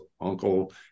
uncle